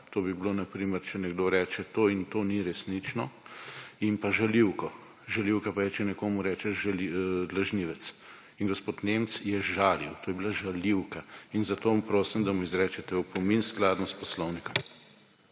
na primer, če nekdo reče, to in to ni resnično, in pa žaljivko. Žaljivka pa je, če nekomu rečeš lažnivec. In gospod Nemec je žalil. To je bila žaljivka. Zato prosim, da mu izrečete opomin skladno s poslovnikom.